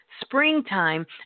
springtime